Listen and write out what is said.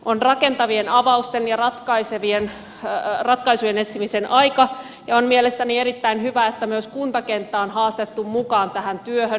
on rakentavien avausten ja ratkaisujen etsimisen aika ja on mielestäni erittäin hyvä että myös kuntakenttä on haastettu mukaan tähän työhön